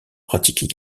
pratiquent